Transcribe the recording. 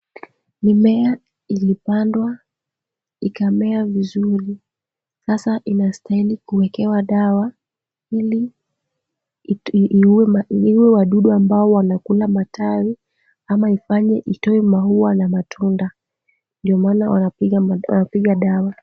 Mimea ilipandwa, ikamea vizuri. Sasa inastahili kuwekewa dawa ili iuwe iuwe wadudu ambao wanakula matawi, ama ifanye itoe maua na matunda. Ndio maana wanapiga mada wanapiga dawa.